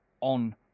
on